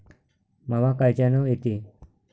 मावा कायच्यानं येते?